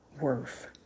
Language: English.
worth